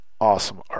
awesome